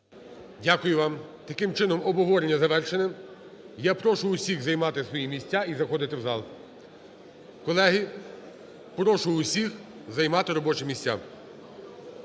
Дякую вам. Таким чином обговорення завершене. Я прошу всіх займати свої місця і заходити в зал. Колеги, прошу всіх займати робочі місця.